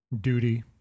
duty